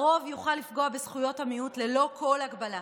הרוב יוכל לפגוע בזכויות המיעוט ללא כל הגבלה,